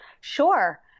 Sure